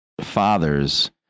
fathers